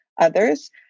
others